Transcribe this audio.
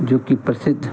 जोकि प्रसिद्ध